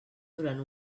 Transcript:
durant